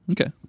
Okay